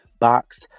box